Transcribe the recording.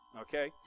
okay